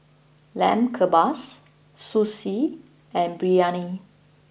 Lamb Kebabs Sushi and Biryani